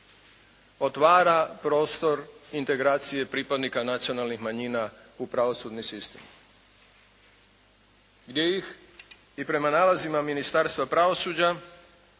otvara prostor integracije pripadnika nacionalnih manjina u pravosudni sistem gdje ih i prema nalazima Ministarstva pravosuđa